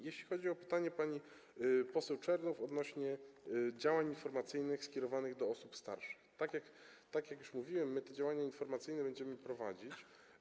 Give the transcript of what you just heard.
Jeśli chodzi o pytanie pani poseł Czernow odnośnie do działań informacyjnych skierowanych do osób starszych, to - tak jak już mówiłem - te działania informacyjne będziemy prowadzić.